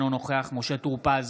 אינו נוכח משה טור פז,